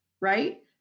right